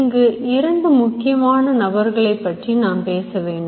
இங்கு இரண்டு முக்கியமான நபர்களை பற்றி நாம் பேசவேண்டும்